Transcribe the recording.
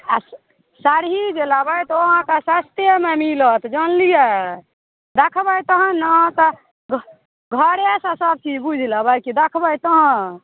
आ सरही जे लेबै तऽ ओ अहाँकेँ सस्ते मिलत जानलियै देखबै तहन ने अहाँ कऽ घरे सँ सब चीज बुझि लेबै कि देखबै तहन